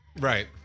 Right